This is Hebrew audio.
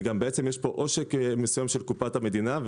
גם יש פה ניסיון עושק של קופת המדינה.